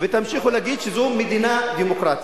ותמשיכו להגיד שזו מדינה דמוקרטית.